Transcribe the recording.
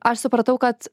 aš supratau kad